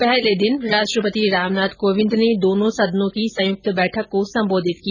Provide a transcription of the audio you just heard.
पहले दिन राष्ट्रपति रामनाथ कोविन्द ने दोनों सदनों की संयुक्त बैठक को सम्बोधित किया